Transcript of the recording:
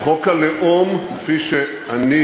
חוק הלאום כפי שאני